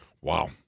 Wow